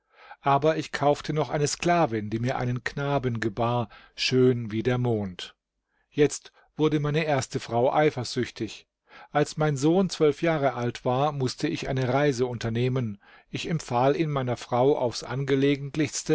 aber ich kaufte noch eine sklavin die mir einen knaben gebar schön wie der mond jetzt wurde meine erste frau eifersüchtig als mein sohn zwölf jahre alt war mußte ich eine reise unternehmen ich empfahl ihn meiner frau aufs